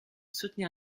soutenir